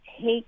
take